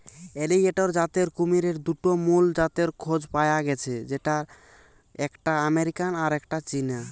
alligator জাতের কুমিরের দুটা মুল জাতের খোঁজ পায়া গ্যাছে যেটার একটা আমেরিকান আর একটা চীনা